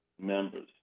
members